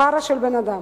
"חרא של בן-אדם".